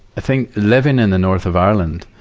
i think living in the north of ireland,